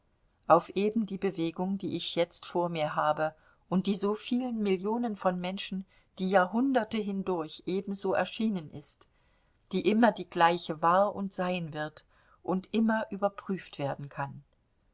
auf eben die bewegung die ich jetzt vor mir habe und die so vielen millionen von menschen die jahrhunderte hindurch ebenso erschienen ist die immer die gleiche war und sein wird und immer überprüft werden kann